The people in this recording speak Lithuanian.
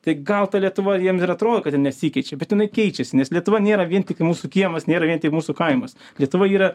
tai gal ta lietuva jiem ir atrodo kad nesikeičia bet jinai keičiasi lietuva nėra vien tik mūsų kiemas nėra vien tik mūsų kaimas lietuva yra